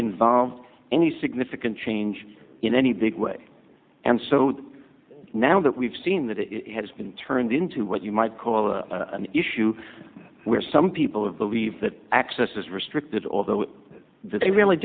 involved any significant change in any big way and so now that we've seen that it has been turned into what you might call an issue where some people have believe that access is restricted although they really